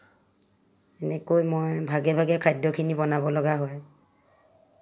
এনেকৈ মই ভাগে ভাগে খাদ্যখিনি বনাব লগা হয়